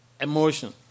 emotion